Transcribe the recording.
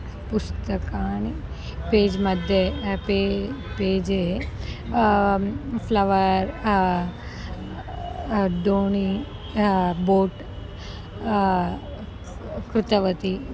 पुस्तकानि पेज् मध्ये पे पेजे फ्लवर् द्रोणी बोट् कृतवती